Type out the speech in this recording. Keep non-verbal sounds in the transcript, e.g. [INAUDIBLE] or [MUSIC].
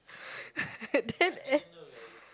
[LAUGHS] then e~